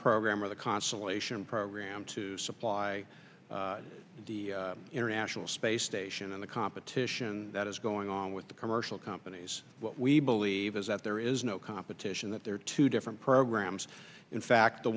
program or the consolation program to supply the international space station and the competition that is going on with the commercial companies what we believe is that there is no competition that there are two different programs in fact the